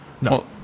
No